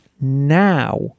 now